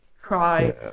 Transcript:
cry